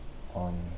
on